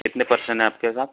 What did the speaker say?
कितने पर्सन हैं आपके साथ